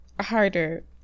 harder